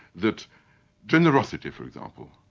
that generosity for example,